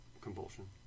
Compulsion